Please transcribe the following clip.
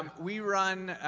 we run,